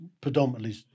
Predominantly